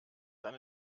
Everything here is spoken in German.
eine